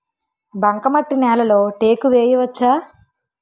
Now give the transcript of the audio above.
బంకమట్టి నేలలో టేకు వేయవచ్చా?